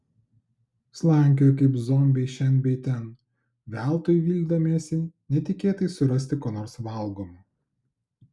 slankiojo kaip zombiai šen bei ten veltui vildamiesi netikėtai surasti ko nors valgomo